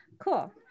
cool